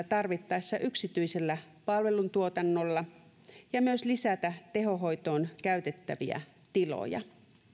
tarvittaessa yksityisellä palveluntuotannolla ja myös lisätä tehohoitoon käytettäviä tiloja